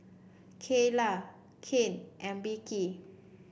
Keyla Kyan and Beckie